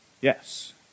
Yes